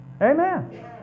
Amen